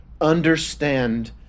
understand